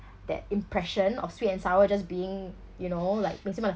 that impression of sweet and sour just being you know like makes me wanna